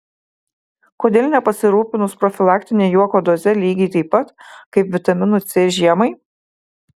kodėl nepasirūpinus profilaktine juoko doze lygiai taip pat kaip vitaminu c žiemai